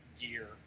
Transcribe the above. gear